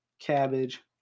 Cabbage